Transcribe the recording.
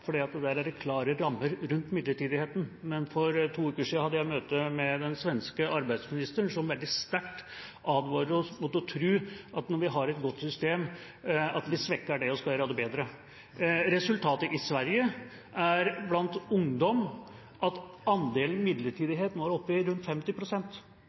klare rammer rundt midlertidigheten. Men for to uker siden hadde jeg et møte med den svenske arbeidsministeren, som veldig sterkt advarer oss mot å tro at når vi har et godt system, så vil svekkelse av det gjøre det bedre. Resultatet i Sverige er at andelen midlertidighet blant ungdom nå er oppe i rundt